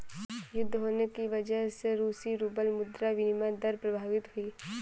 युद्ध होने की वजह से रूसी रूबल मुद्रा विनिमय दर प्रभावित हुई